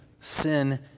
sin